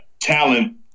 talent